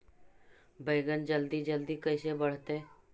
बैगन जल्दी जल्दी कैसे बढ़तै?